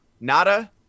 Nada